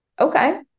okay